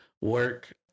work